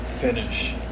finish